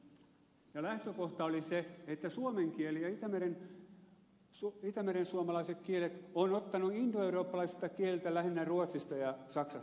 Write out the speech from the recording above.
ja lähtökohta oli se että suomen kieli ja itämerensuomalaiset kielet ovat ottaneet indoeurooppalaisilta kieliltä lähinnä ruotsista ja saksasta sanoja